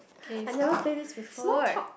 I never play this before